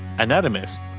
anatomist,